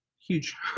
huge